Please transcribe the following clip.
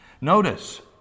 Notice